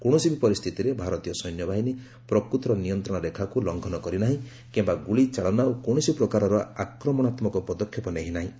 କୌଣସି ବି ପରିସ୍ଥିତିରେ ଭାରତୀୟ ସେନାବାହିନୀ ପ୍ରକୃତ ନିୟନ୍ତ୍ରଣରେଖାକୁ ଲଙ୍ଘନ କରିନାହିଁ କିମ୍ବା ଗୁଳିଚାଳନା ଓ କୌଣସି ପ୍ରକାରର ଆକ୍ରମଣାତ୍ମକ ପଦକ୍ଷେପ ନେଇନାହିଁ